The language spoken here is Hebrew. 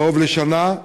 קרוב לשנה,